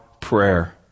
prayer